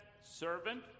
servant